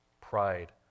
pride